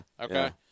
Okay